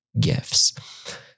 gifts